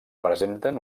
presenten